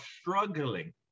struggling